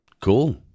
cool